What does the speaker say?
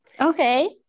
Okay